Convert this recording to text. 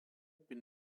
bin